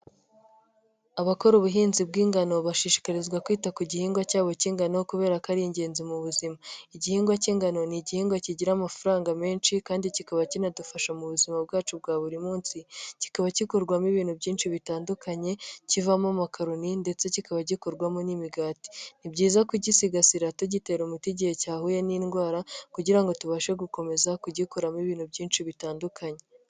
Abakora ubuhinzi bw'ingano bashishikarizwa kwita ku gihingwa cyabo cy'ingano kubera ko ari ingenzi mu buzima, igihingwa cy'ingano ni igihingwa kigira amafaranga menshi kandi kikaba kinadufasha mu buzima bwacu bwa buri munsi, kikaba kikorwamo ibintu byinshi bitandukanye kivamo amakaroni ndetse kikaba gikorwamo n'imigati. Ni byiza kugisigasira tugitera umuti igihe cyahuye n'indwara kugira ngo tubashe gukomeza kugikoramo ibintu byinshi bitandukanye.